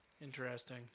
Interesting